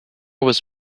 was